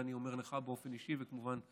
אני אומר לך את זה באופן אישי, וכמובן,